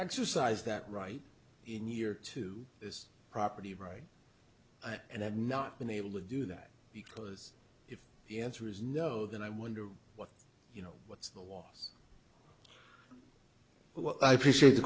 exercise that right in year to this property right and have not been able to do that because if the answer is no then i wonder what you know what's the last appreciate